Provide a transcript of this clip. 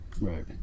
Right